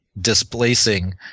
displacing